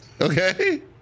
Okay